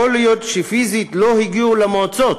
יכול להיות שפיזית לא הגיעו למועצות